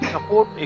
Support